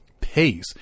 pace